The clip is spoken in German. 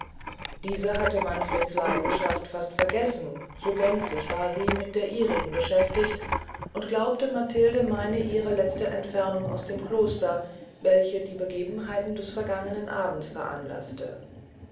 diese hatte manfreds leidenschaft fast vergessen so gänzlich war sie mit der ihrigen beschäftigt und glaubte matilde meine ihre letzte entfernung aus dem kloster welche die begebenheiten des vergangenen abends veranlaßte